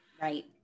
Right